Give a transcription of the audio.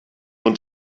und